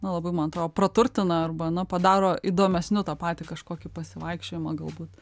na labai man atrodo praturtina arba na padaro įdomesniu tą patį kažkokį pasivaikščiojimą galbūt